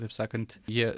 taip sakant jie